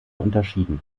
unterschieden